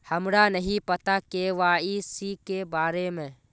हमरा नहीं पता के.वाई.सी के बारे में?